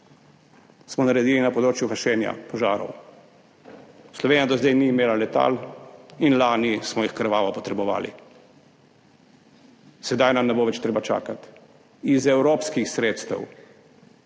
smo naredili na področju gašenja požarov. Slovenija do zdaj ni imela letal in lani smo jih krvavo potrebovali. Sedaj nam ne bo več treba čakati. Iz evropskih sredstev